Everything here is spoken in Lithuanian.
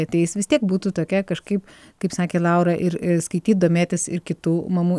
ateis vis tiek būtų tokia kažkaip kaip sakė laura ir skaityt domėtis ir kitų mamų